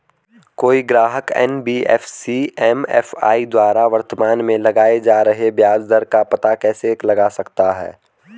कोई ग्राहक NBFC MFI द्वारा वर्तमान में लगाए जा रहे ब्याज दर का पता कैसे लगा सकता है?